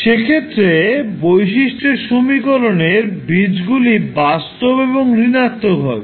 সেক্ষেত্রে বৈশিষ্ট্যের সমীকরণের বীজগুলি বাস্তব এবং ঋণাত্মক হবে